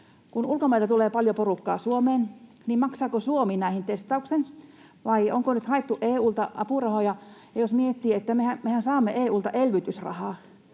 Kun ulkomailta tulee paljon porukkaa Suomeen, niin maksaako Suomi näiden testauksen, vai onko nyt haettu EU:lta apurahoja? Ja jos miettii, että mehän saamme EU:lta elvytysrahaa,